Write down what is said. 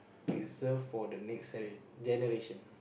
preserve for the next gene~ generation